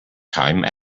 time